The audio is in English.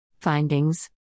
Findings